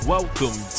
Welcome